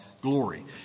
glory